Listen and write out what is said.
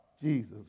Jesus